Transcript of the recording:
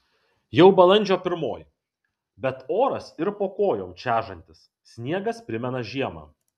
jau balandžio pirmoji bet oras ir po kojom čežantis sniegas primena žiemą